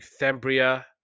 Thembria